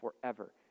forever